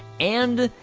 and,